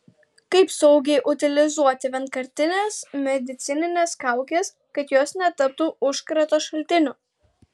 kaip saugiai utilizuoti vienkartines medicinines kaukes kad jos netaptų užkrato šaltiniu